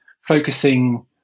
focusing